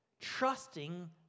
trusting